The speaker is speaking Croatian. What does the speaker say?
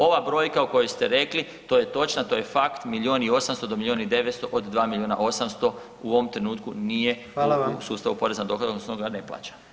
Ova brojka o kojoj ste rekli, to je točna, to je fakt, milijun i 800, do milijun i 900 od 2 milijuna 800 u ovom trenutku nije u sustavu [[Upadica: Hvala vam.]] poreza na dohodak odnosno ga ne plaća.